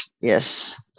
yes